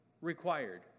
required